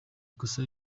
ikosa